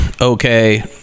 okay